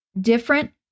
different